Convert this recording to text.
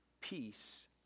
peace